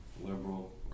Liberal